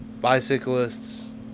bicyclists